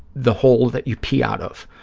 the hole that you pee out of.